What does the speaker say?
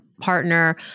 partner